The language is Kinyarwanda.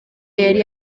yari